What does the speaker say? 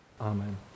Amen